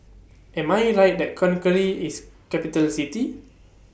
Am I Right that Conakry IS Capital City